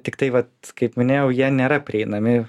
tiktai vat kaip minėjau jie nėra prieinami